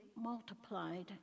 multiplied